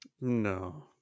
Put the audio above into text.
No